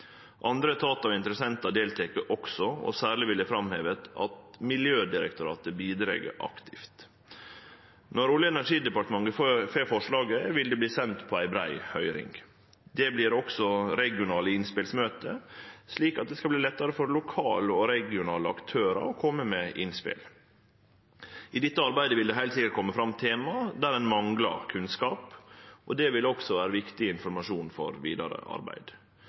Andre etatar og interessentar deltek også, og særleg vil eg framheve at Miljødirektoratet bidreg aktivt. Når Olje- og energidepartementet får forslaget, vil det verte sendt på ei brei høyring. Det vert også regionale innspelsmøte, slik at det skal verte lettare for lokale og regionale aktørar å kome med innspel. I dette arbeidet vil det heilt sikkert kome fram tema der ein manglar kunnskap, og det vil også vere viktig informasjon for vidare arbeid.